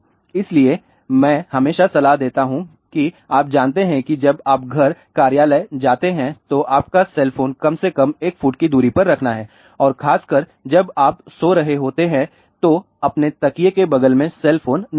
इसलिए मैं हमेशा सलाह देता हूं कि आप जानते हैं कि जब आप घर कार्यालय जाते हैं तो आपका सेल फोन को कम से कम 1 फुट की दूरी पर रखना है और खासकर जब आप सो रहे होते हैं तो अपने तकिए के बगल में सेल फोन न रखें